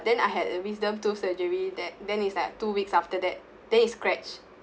then I had a wisdom tooth surgery that then is like two weeks after that then you scratch